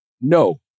No